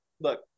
look